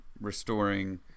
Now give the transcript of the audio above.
restoring